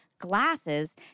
Glasses